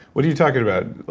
what are you talking about?